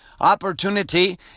opportunity